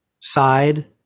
side